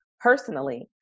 personally